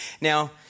Now